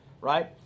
right